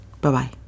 Bye-bye